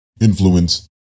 influence